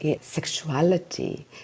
sexuality